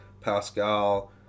Pascal